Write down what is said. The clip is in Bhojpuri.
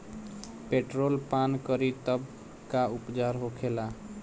पेट्रोल पान करी तब का उपचार होखेला?